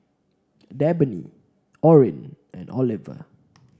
Dabney Orin and Oliver